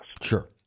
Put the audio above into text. Sure